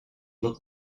look